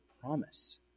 promise